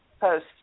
post